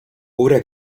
ora